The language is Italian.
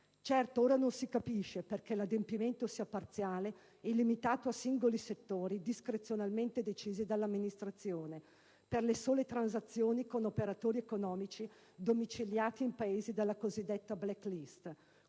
Certo, ora non si capisce perché l'adempimento sia parziale e limitato a singoli settori discrezionalmente decisi dall'amministrazione per le sole transazioni con operatori economici domiciliati in Paesi della cosiddetta *black list*,